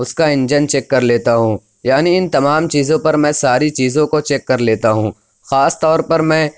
اس کا engine check کر لیتا ہوں یعنی ان تمام چیزوں پر میں ساری چیزوں کو چیک کر لیتا ہوں خاص طور پر میں